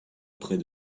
près